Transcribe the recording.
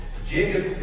Jacob